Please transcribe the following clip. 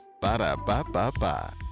Ba-da-ba-ba-ba